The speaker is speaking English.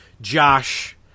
Josh